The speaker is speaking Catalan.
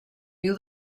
viu